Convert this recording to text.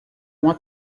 uma